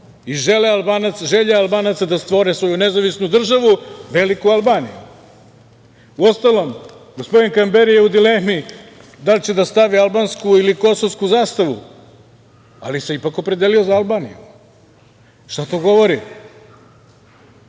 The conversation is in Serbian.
i želje Albanaca da stvore svoju nezavisnu državu veliku Albaniju. Uostalom, gospodin Kamberi je u dilemi da li će da stavi albansku ili kosovsku zastavu, ali se ipak opredelio za Albaniju. Šta to govori?